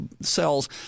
cells